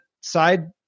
side